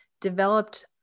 developed